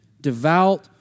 Devout